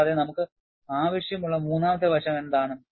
കൂടാതെ നമുക്ക് ആവശ്യമുള്ള മൂന്നാമത്തെ വശം എന്താണ്